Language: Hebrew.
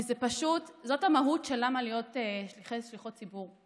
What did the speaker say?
כי זאת המהות של למה להיות שליחי ושליחות ציבור,